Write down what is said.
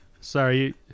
sorry